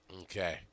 Okay